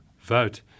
vote